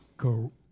Go